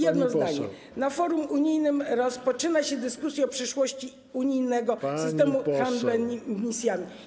Jedno zdanie - na forum unijnym rozpoczyna się dyskusja o przyszłości unijnego systemu handlu emisjami.